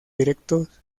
directos